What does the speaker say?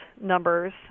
numbers